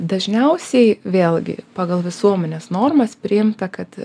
dažniausiai vėlgi pagal visuomenės normas priimta kad